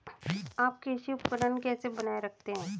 आप कृषि उपकरण कैसे बनाए रखते हैं?